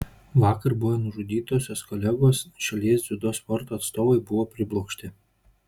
vakar buvę nužudytosios kolegos šalies dziudo sporto atstovai buvo priblokšti